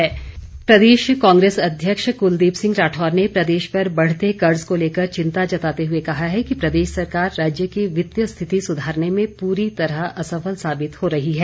कुलदीप राठौर प्रदेश कांग्रेस अध्यक्ष कुलदीप सिंह राठौर ने प्रदेश पर बढ़ते कर्ज को लेकर चिंता जताते हुए कहा है कि प्रदेश सरकार राज्य की वित्तिय स्थिति सुधारने में पूरी तरह असफल साबित हो रही है